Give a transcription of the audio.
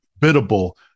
biddable